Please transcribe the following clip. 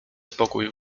spokój